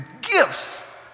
gifts